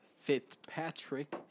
Fitzpatrick